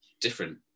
different